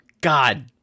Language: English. God